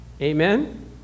Amen